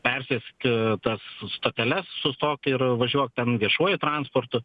persėst tas stoteles sustok ir važiuok ten viešuoju transportu